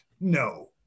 No